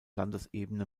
landesebene